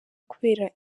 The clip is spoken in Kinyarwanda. kubera